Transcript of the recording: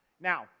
Now